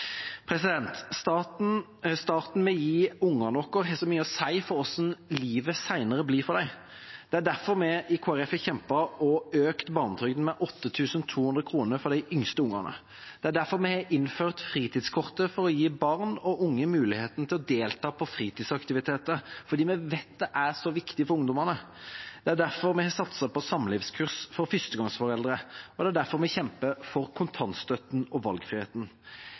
ungene våre, har så mye å si for hvordan livet senere blir for dem. Det er derfor vi i Kristelig Folkeparti har kjempet og økt barnetrygden med 8 200 kr for de yngste ungene. Det er derfor vi har innført fritidskortet, for å gi barn og unge mulighet for å delta på fritidsaktiviteter, for vi vet at det er så viktig for ungdommene. Det er derfor vi har satset på samlivskurs for førstegangsforeldre, og det er derfor vi kjemper for kontantstøtten og valgfriheten.